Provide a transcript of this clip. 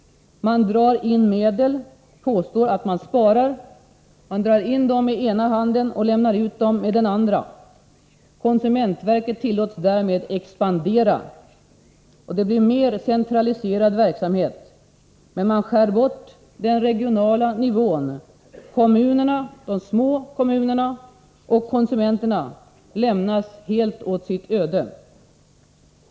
Man påstår att man sparar och drar in medel med ena handen för att lämna ut dem med den andra. Konsumentverket tillåts därmed expandera. Det blir mer centraliserad verksamhet, men man skär bort på den regionala nivån. De små kommunerna och konsumenterna lämnas helt åt sitt öde.